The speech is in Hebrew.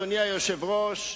אדוני היושב-ראש,